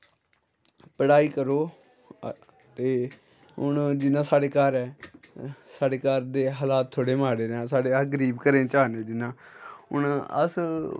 पढ़ाई करो ते हून जि'यां साढ़े घर ऐ साढ़े घर दे हालात थोह्ड़े माड़े न साढ़े अस गरीब घरें च आने जि'यां हून अस